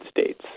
States